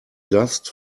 dust